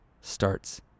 starts